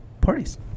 parties